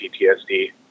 PTSD